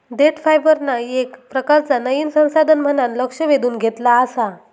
देठ फायबरना येक प्रकारचा नयीन संसाधन म्हणान लक्ष वेधून घेतला आसा